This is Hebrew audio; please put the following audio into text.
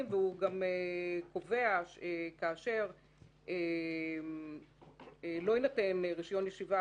וגם קובע שכאשר לא יינתן רישיון ישיבה